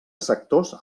sectors